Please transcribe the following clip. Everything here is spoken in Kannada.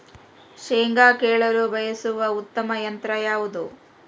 ಶೇಂಗಾ ಕೇಳಲು ಬಳಸುವ ಉತ್ತಮ ಯಂತ್ರ ಯಾವುದು?